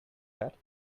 that